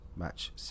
Match